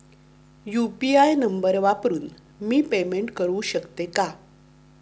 UPI number वापरून मी payment करू शकते का?